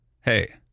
hey